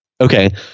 Okay